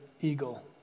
eagle